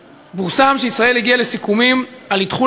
פורסם כי ישראל הגיעה לסיכומים על אתחול